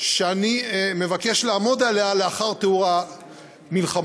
שאני מבקש לעמוד עליה לאחר תיאור המלחמות.